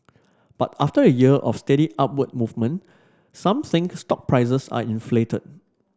but after a year of steady upward movement some think stock prices are inflated